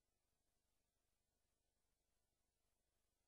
לא שאני יודע, אני מתאר